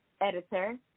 editor